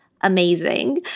Amazing